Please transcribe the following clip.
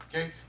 Okay